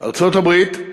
ארצות-הברית,